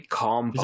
calm